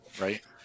right